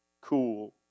cool